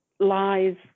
lies